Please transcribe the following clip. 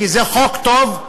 כי זה חוק טוב.